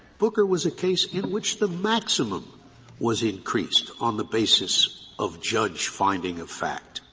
booker was a case in which the maximum was increased on the basis of judge finding of fact.